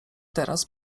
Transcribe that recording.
teraz